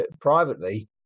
privately